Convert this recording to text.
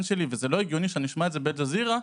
הבן שלהם וזה לא הגיוני שישמעו את זה מאל ג'זירה,